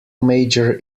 major